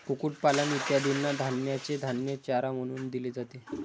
कुक्कुटपालन इत्यादींना धान्याचे धान्य चारा म्हणून दिले जाते